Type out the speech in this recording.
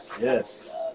yes